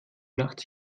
nachts